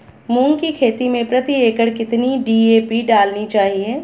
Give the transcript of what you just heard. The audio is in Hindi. मूंग की खेती में प्रति एकड़ कितनी डी.ए.पी डालनी चाहिए?